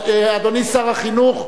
אדוני שר החינוך,